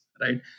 right